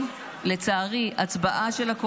נא לצאת.